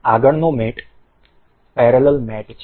આગળનો mat parallel mat છે